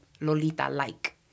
Lolita-like